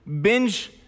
binge